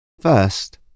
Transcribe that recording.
First